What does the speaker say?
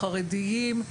חרדים,